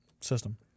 system